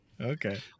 okay